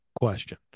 question